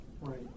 Right